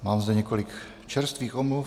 Mám zde několik čerstvých omluv.